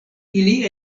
ili